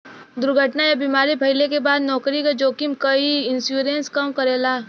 दुर्घटना या बीमारी भइले क बाद नौकरी क जोखिम क इ इन्शुरन्स कम करेला